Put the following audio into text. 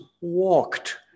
walked